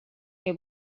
que